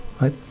right